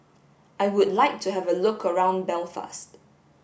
I would like to have a look around Belfast